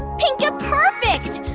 pinka-perfect!